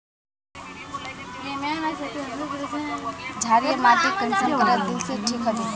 क्षारीय माटी कुंसम करे या दिले से ठीक हैबे?